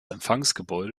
empfangsgebäude